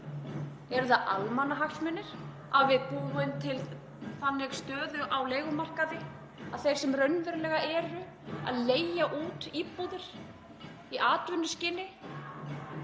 Eru það almannahagsmunir að við búum til þannig stöðu á leigumarkaði að þeir sem raunverulega eru að leigja út íbúðir í atvinnuskyni